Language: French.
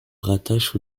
rattache